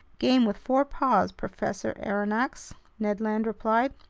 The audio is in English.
game with four paws, professor aronnax, ned land replied.